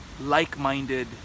like-minded